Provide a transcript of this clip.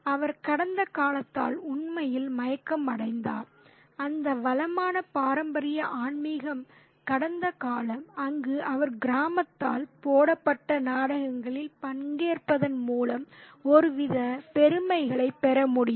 அவர் கடந்த காலத்தால் உண்மையில் மயக்கமடைந்தார் அந்த வளமான பாரம்பரிய ஆன்மீக கடந்த காலம் அங்கு அவர் கிராமத்தால் போடப்பட்ட நாடகங்களில் பங்கேற்பதன் மூலம் ஒருவித பெருமைகளைப் பெற முடியும்